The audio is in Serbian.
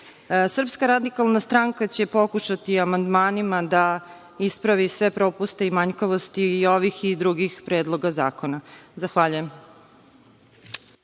itd. Srpska radikalna stranka će pokušati da amandmanima ispravi sve propuste i manjkavosti i ovih i drugih predloga zakona. Zahvaljujem.